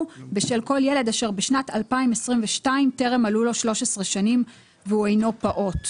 בשל כל ילד אשר בשנת 2022 טרם מלאו לו 13 שנים והוא אינו פעוט,